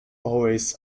always